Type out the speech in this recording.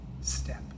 step